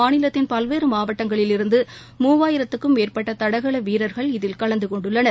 மாநிலத்தின் பல்வேறு மாவட்டங்களிலிருந்து மூவாயிரத்திற்கும் மேற்பட்ட தடகள வீரர்கள் இதில் கலந்தகொண்டுள்ளனர்